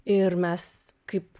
ir mes kaip